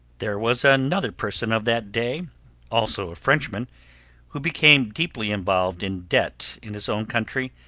there was another person of that day also a frenchman who became deeply involved in debt in his own country,